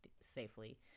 safely